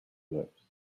lips